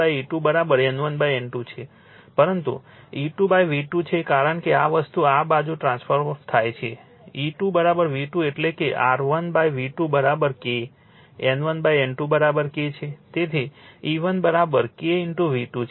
પરંતુ E2 V2 છે કારણ કે આ વસ્તુ આ બાજુ ટ્રાન્સફોર્મ થાય છે E2 V2 એટલે કે R1 V2 K N1 N2 K છે તેથી E1 K V2 છે